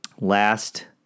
last